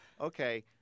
okay